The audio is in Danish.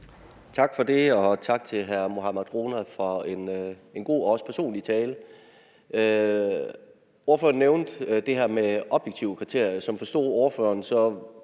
Tak for det, og tak til hr. Mohammad Rona for en god og også personlig tale. Ordføreren nævnte det her med objektive kriterier. Som jeg forstod ordføreren,